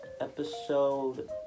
episode